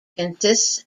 consists